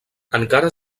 encara